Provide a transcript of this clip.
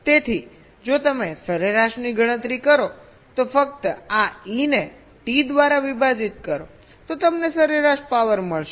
તેથી જો તમે સરેરાશની ગણતરી કરો તો ફક્ત આ E ને T દ્વારા વિભાજીત કરો તો તમને સરેરાશ પાવર મળશે